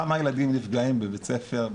כמה ילדים נפגעים בבית ספר,